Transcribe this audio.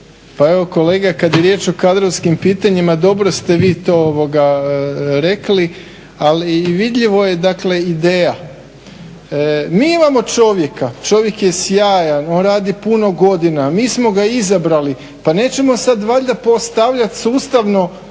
Pa evo kolega kad je riječ o kadrovskim pitanjima dobro ste vi to rekli, ali i vidljiva je dakle ideja. Mi imamo čovjeka, čovjek je sjajan, on radi puno godina, mi smo ga izabrali pa nećemo sad valjda postavljati sustavno